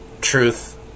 truth